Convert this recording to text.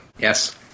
Yes